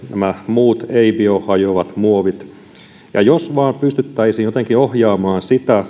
muut ei biohajoavat muovit jos vain pystyttäisiin jotenkin ohjaamaan